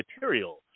material